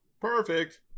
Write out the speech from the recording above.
perfect